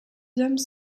hommes